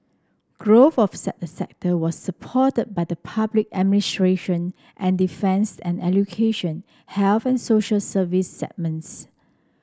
growth of sector was supported by the public administration and defence and education health and social services segments